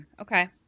Okay